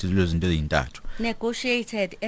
Negotiated